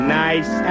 nice